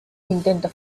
intentos